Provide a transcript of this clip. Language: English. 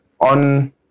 on